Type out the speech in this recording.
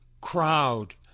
crowd